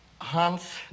Hans